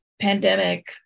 pandemic